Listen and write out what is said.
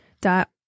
dot